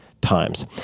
Times